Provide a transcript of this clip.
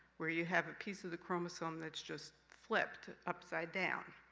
where you have a piece of the chromosome that's just flipped upside-down.